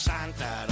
Santa